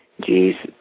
Jesus